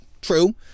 true